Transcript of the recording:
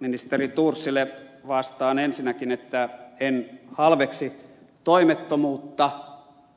ministeri thorsille vastaan ensinnäkin että en halveksi toimettomuutta